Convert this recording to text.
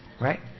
Right